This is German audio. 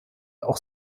auch